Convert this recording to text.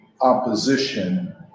opposition